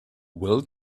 will